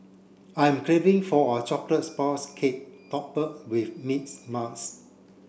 I'm craving for a chocolates sponge cake with mints